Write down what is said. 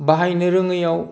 बाहायनो रोङैयाव